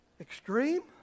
extreme